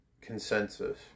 consensus